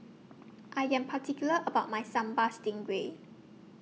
I Am particular about My Sambal Stingray